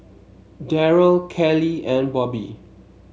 Derrell Kelly and Bobby